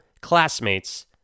Classmates